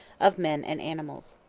of men and animals.